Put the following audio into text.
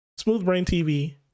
SmoothBrainTV